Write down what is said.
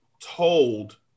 told